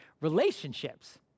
Relationships